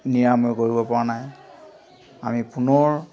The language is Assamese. নিৰাময় কৰিব পৰা নাই আমি পুনৰ